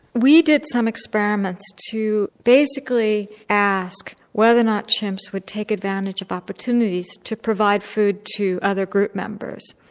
we did some experiments to basically ask whether or not chimps would take advantage of opportunities to provide food to other group members.